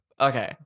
Okay